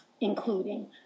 including